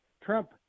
Trump